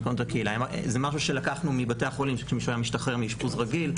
זה משהו שלקחנו מבתי החולים כאשר מישהו משתחרר מאשפוז רגיל,